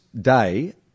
day